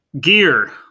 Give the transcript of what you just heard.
Gear